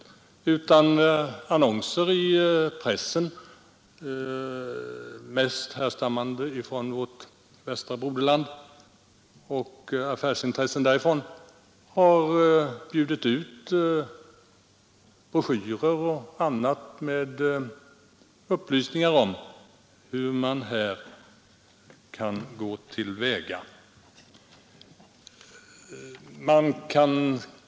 Det har också förekommit annonser i pressen — mest härstammande från vårt västra broderland och från affärsintressena där — i vilka man har bjudit ut broschyrer och andra skrifter med upplysningar om hur man kan gå till väga vid sprittillverkning.